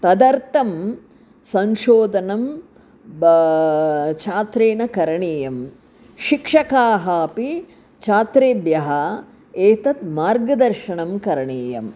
तदर्थं संशोधनं वा छात्रेण करणीयं शिक्षकः अपि छात्रेभ्यः एतत् मार्गदर्शनं करणीयं